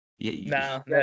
No